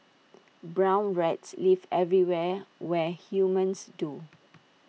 brown rats live everywhere where humans do